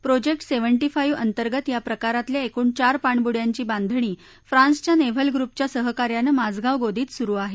project seventy five अंतर्गत या प्रकारातल्या एकूण चार पाणबुड्यांची बांधणी फ्रान्सच्या नेव्हल ग्रुपच्या सहकार्यानं माझगाव गोदीत सुरू आहे